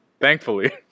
Thankfully